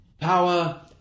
power